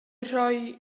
rhoi